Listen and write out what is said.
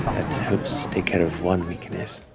that helps take care of one weakness.